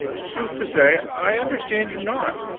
sooth to say, i understand you not.